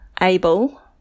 able